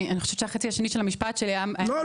החצי השני של המשפט שלי --- לא,